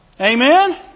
Amen